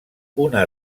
una